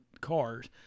cars